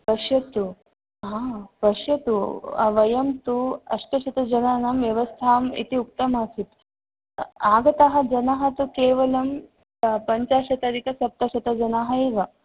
पश्यतु हा पश्यतु वयं तु अष्टशतजनानां व्यवस्थाम् इति उक्तमासीत् आगतः जनाः तु केवलं पञ्चाशतधिकसप्तशतजनाः एव